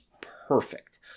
perfect